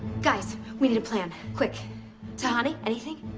guys, we need a plan, quick tahani, anything?